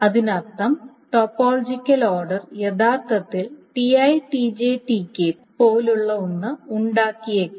അതിനർത്ഥം topological order യഥാർത്ഥത്തിൽ Ti Tj Tk പോലുള്ള ഒന്ന് ഉണ്ടാക്കിയേക്കാം